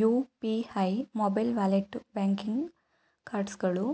UPI, mobile wallet, banking cards ಗಳು